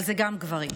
אבל אלה גם גברים.